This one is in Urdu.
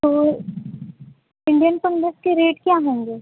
تو انڈین فنگس کے ریٹ کیا ہوں گے